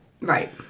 right